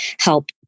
help